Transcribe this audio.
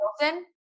Wilson